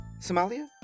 Somalia